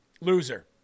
Loser